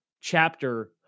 chapter